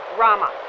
Rama